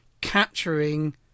capturing